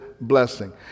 blessing